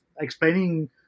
explaining